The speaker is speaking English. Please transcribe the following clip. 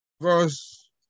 verse